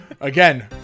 again